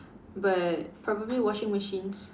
but probably washing machines